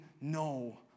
no